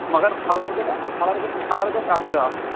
مَگر کَلر گژھِ کَلر گژھِ کلر گژھِ اکُے آسُن